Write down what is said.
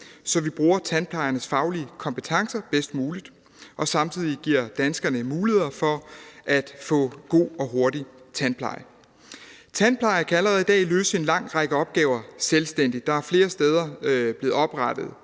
så vi bruger tandplejernes faglige kompetencer bedst muligt og samtidig giver danskerne mulighed for at få god og hurtig tandpleje. Tandplejere kan allerede i dag løse en lang række opgaver selvstændigt. Der er flere steder blevet oprettet